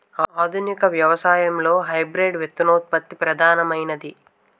ఆధునిక వ్యవసాయంలో హైబ్రిడ్ విత్తనోత్పత్తి ప్రధానమైనది